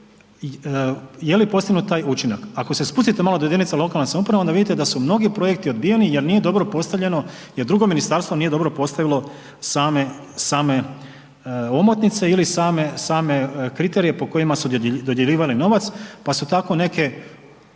jeli postignut taj učinak. Ako se spustite malo do jedinica lokalne samouprave onda vidite da su mnogi projekti odbijeni jer drugo ministarstvo nije dobro postavilo same omotnice ili same kriterije po kojima su dodjeljivali novac pa su tako neke